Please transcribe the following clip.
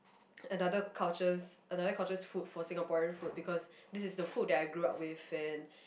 another culture's another culture's food for Singaporean food because this is the food that I grew up with and